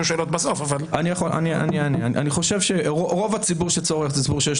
אני חושב שרוב הציבור שצורך זה ציבור שיש